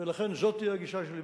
ולכן, זאת היא הגישה שלי.